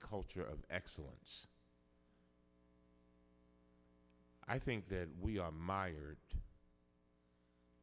culture of excellence i think that we are mired